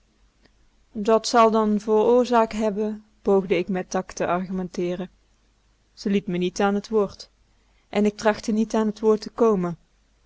dat zal dan voor oorzaak hebben poogde ik met tact te argumenteeren ze liet me niet aan het woord en ik trachtte niet aan t woord te komen